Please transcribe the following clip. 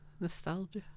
nostalgia